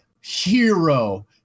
hero